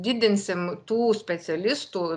didinsim tų specialistų